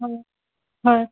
হয় হয়